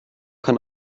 kann